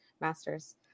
master's